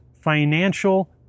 financial